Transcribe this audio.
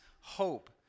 hope